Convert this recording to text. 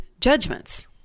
judgments